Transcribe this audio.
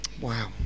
Wow